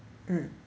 mm